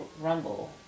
rumble